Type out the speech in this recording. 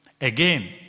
Again